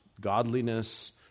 godliness